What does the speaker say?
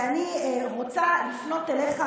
ואני רוצה לפנות אליך,